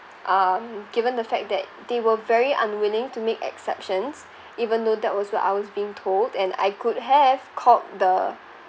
um given the fact that they were very unwilling to make exceptions even though that was what I was being told and I could have called the